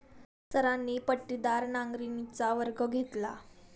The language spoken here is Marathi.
सरांनी पट्टीदार नांगरणीचा वर्ग घेतला